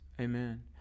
Amen